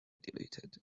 deleted